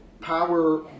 power